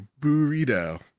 burrito